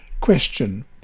Question